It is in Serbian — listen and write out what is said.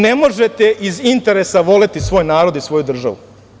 Ne možete iz interesa voleti svoj narod i svoju državu.